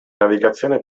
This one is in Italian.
navigazione